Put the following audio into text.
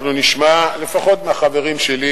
אנחנו נשמע לפחות מהחברים שלי,